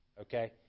okay